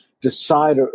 decide